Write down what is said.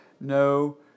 no